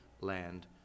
land